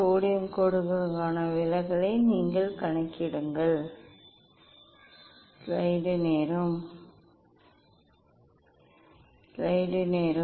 sodium கோடுகளுக்கான விலகலை நீங்கள் கணக்கிடுகிறீர்கள்